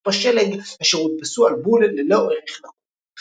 בשלג אשר הודפסו על בול ללא ערך נקוב.